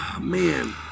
man